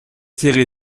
serré